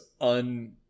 un